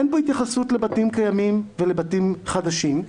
אין פה התייחסות לבתים קיימים ולבתים חדשים.